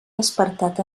despertat